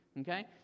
okay